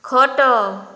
ଖଟ